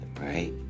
right